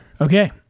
Okay